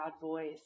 voice